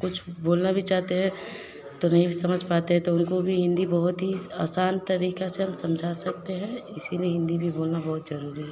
कुछ बोलना भी चाहते हैं तो नहीं समझ पाते हैं तो उनको भी हिन्दी बहुत ही आसान तरीक़ा से हम समझा सकते हैं इसलिए हिन्दी भी बोलना बहुत ज़रूरी है